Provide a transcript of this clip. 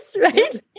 right